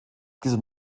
dieser